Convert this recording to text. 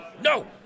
no